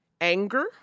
anger